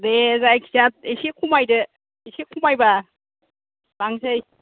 दे जायखि जाया एसे खमायदो एसे खमायबा लांसै